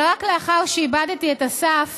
אבל רק לאחר שאיבדתי את אסף